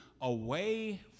away